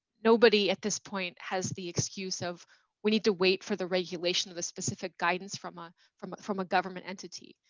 nobody at this point has the excuse of we need to wait for the regulation of a specific guidance from a, from a, from a government entity.